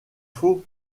faux